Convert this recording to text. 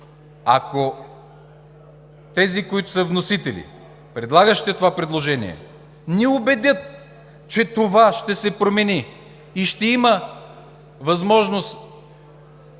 Ако тези, които са вносители, предлагащи това предложение, ни убедят, че това ще се промени и ще има възможност